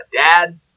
dad